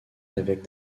évêque